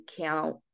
count